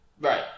Right